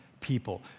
people